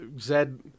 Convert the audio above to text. Zed